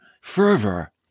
fervor